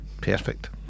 Perfect